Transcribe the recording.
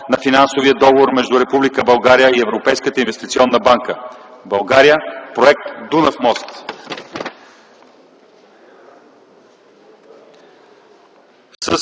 на Финансовия договор между Република България и Европейската инвестиционна банка „България – проект Дунав мост”,